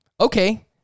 Okay